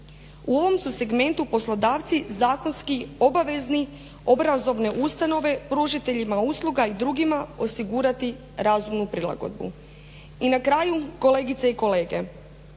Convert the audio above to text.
U ovom su segmentu poslodavci zakonski obavezni obrazovne ustanove pružateljima usluga ili drugima osigurati razumnu prilagodbu. I na kraju kolegice i kolege,